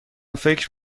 فکر